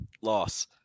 loss